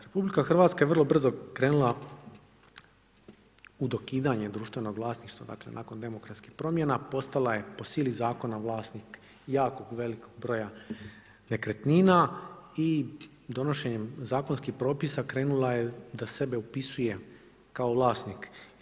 RH je vrlo brzo krenula u dokidanje društvenog vlasništva nakon demokratskih promjena postala je po sili zakona vlasnik jako velikog broja nekretnina i donošenjem zakonskih propisa krenula je da sebe upisuje kao vlasnik.